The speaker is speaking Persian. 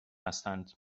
هستند